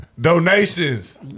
Donations